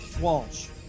Walsh